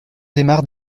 démarre